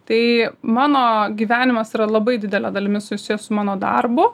tai mano gyvenimas yra labai didele dalimi susijęs su mano darbu